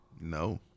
No